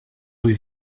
rue